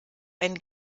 einen